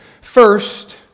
First